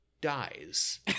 dies